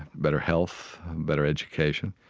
better health, better education.